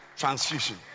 transfusion